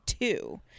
Two